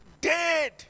dead